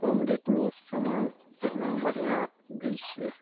कम रेटमे सामान बढ़िआँ दै छियै